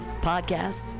podcasts